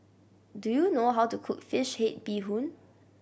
do you know how to cook fish head bee hoon